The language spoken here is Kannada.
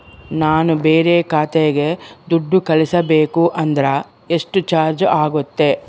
ನಾನು ಬೇರೆ ಖಾತೆಗೆ ದುಡ್ಡು ಕಳಿಸಬೇಕು ಅಂದ್ರ ಎಷ್ಟು ಚಾರ್ಜ್ ಆಗುತ್ತೆ?